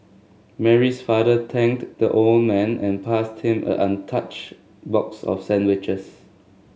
Mary's father thanked the old man and passed him a untouched box of sandwiches